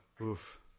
Oof